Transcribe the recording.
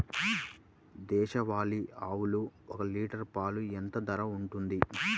దేశవాలి ఆవులు ఒక్క లీటర్ పాలు ఎంత ధర ఉంటుంది?